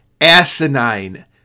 asinine